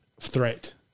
threat